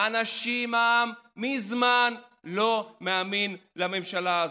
האנשים, העם מזמן לא מאמין לממשלה הזאת.